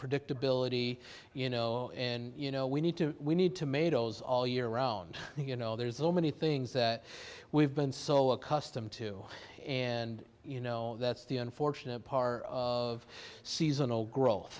predictability you know and you know we need to we need to made those all year around you know there's all many things that we've been so accustomed to and you know that's the unfortunate part of seasonal growth